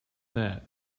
that